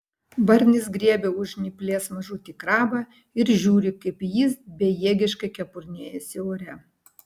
barnis griebia už žnyplės mažutį krabą ir žiūri kaip jis bejėgiškai kepurnėjasi ore